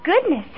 goodness